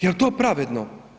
Je li to pravedno?